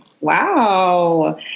wow